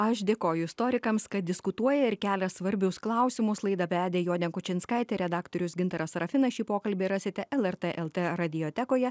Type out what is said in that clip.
aš dėkoju istorikams kad diskutuoja ir kelia svarbius klausimus laidą vedė jonė kučinskaitė redaktorius gintaras serafinas šį pokalbį rasite lrt lt radiotekoje